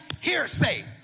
Hearsay